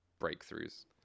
breakthroughs